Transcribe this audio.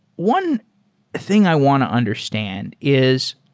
one thing i want to understand is,